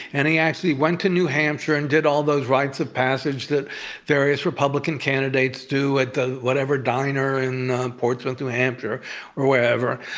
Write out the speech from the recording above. and he actually went to new hampshire and did all those rites of passage that various republican candidates do at the whatever diner in portsmouth, new hampshire or wherever.